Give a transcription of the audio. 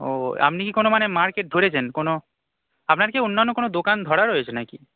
ও আপনি কি কোনো মানে মার্কেট ধরেছেন কোনো আপনার কি অন্যান্য কোনো দোকান ধরা রয়েছে ন কি